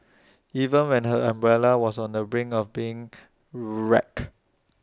even when her umbrella was on the brink of being wrecked